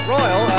Royal